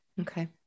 Okay